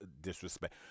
disrespect